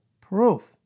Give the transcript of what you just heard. proof